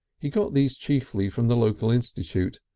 he got these chiefly from the local institute,